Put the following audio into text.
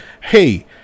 Hey